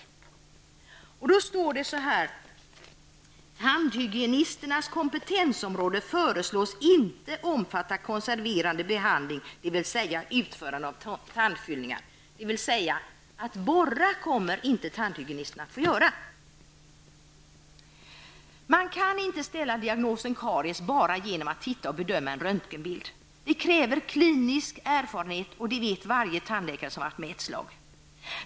Så här står det i betänkandet: ''Tandhygiesternas kompetensområde föreslås inte omfatta konserverande behandling, dvs. utförande av tandfyllningar.'' Borra kommer således inte tandhygienisterna att få göra. Man kan inte ställa diagnosen karies bara genom att titta på och bedöma en röntgenbild. Det krävs också klinisk erfarenhet. Det vet varje tandläkare som har varit med en tid.